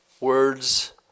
words